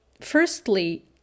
Firstly